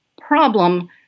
problem